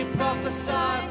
prophesy